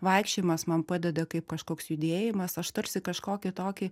vaikščiojimas man padeda kaip kažkoks judėjimas aš tarsi kažkokį tokį